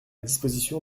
disposition